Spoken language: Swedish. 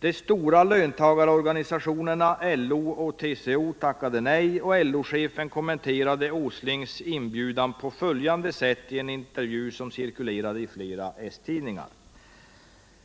De stora löntagarorganisationerna LO och TCO tackade nej och LO-chefen kommenterade Åslings inbjudan på följande sätt i en intervju som cirkulerade i flera s-tidningar: